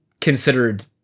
considered